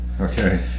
Okay